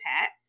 hat